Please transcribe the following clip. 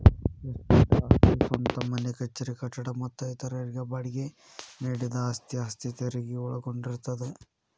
estate ಆಸ್ತಿ ಸ್ವಂತ ಮನೆ ಕಚೇರಿ ಕಟ್ಟಡ ಮತ್ತ ಇತರರಿಗೆ ಬಾಡ್ಗಿ ನೇಡಿದ ಆಸ್ತಿ ಆಸ್ತಿ ತೆರಗಿ ಒಳಗೊಂಡಿರ್ತದ